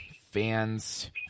fans